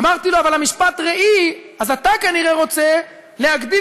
אמרתי לו: אבל משפט הראי אתה כנראה רוצה להגדיל